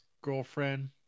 girlfriend